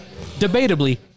debatably